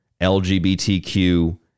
LGBTQ